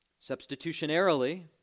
Substitutionarily